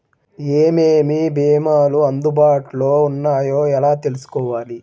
ఏమేమి భీమాలు అందుబాటులో వున్నాయో ఎలా తెలుసుకోవాలి?